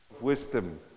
wisdom